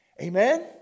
Amen